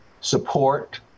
support